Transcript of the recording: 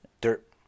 Dirt